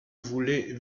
voulait